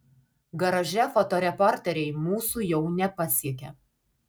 garaže fotoreporteriai mūsų jau nepasiekia